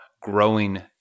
growing